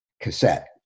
cassette